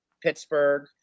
pittsburgh